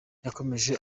yakomeje